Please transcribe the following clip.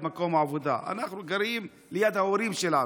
אנחנו גרים ליד ההורים שלנו,